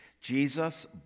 Jesus